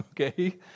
okay